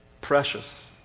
precious